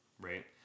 Right